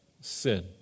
sin